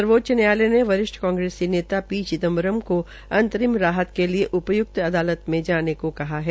सर्वोच्च न्यायालय ने वरिष्ठ कांग्रेसी नेता पी चिदम्बरम को अंतरिम राहत के लिए उपय्क्त अदालत में जाने को कहा है